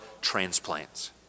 transplants